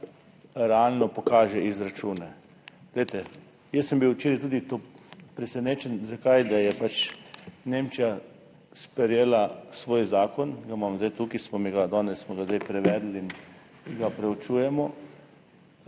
realno pokaže izračune. Glejte, tudi jaz sem bil včeraj presenečen, da je Nemčija sprejela svoj zakon, ga imam zdaj tukaj, smo ga danes prevedli in ga proučujemo.